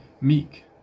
meek